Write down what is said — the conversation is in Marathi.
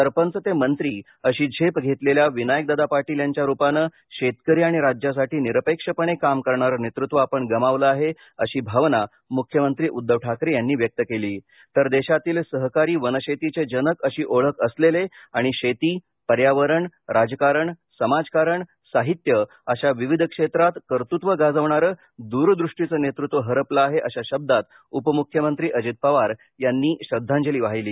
सरपंच ते मंत्री अशी झेप घेतलेल्या विनायकदादा पाटील यांच्या रूपाने शेतकरी आणि राज्यासाठी निरपेक्षपणे काम करणारे नेतृत्व आपण गमावलं आहे अशी भावना मुख्यमंत्री उद्धव ठाकरे यांनी व्यक्त केली तर देशातील सहकारी वनशेतीचे जनक अशी ओळख असलेले आणि शेती पर्यावरण राजकारण समाजकारण साहित्य अशा विविध क्षेत्रात कर्तृत्वं गाजवणारं दूरदृष्टीचं नेतृत्वं हरपलं आहे अशा शब्दांत उपमुख्यमंत्री अजित पवार यांनी श्रद्धांजली वाहिली